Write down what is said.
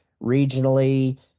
regionally